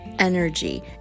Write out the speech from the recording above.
energy